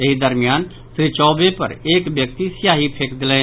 एहि दरमियान श्री चौबे पर एक व्यक्ति स्याही फेंकि देलनि